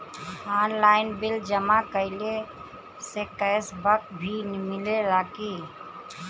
Online bill जमा कईला से कैश बक भी मिलेला की?